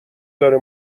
داره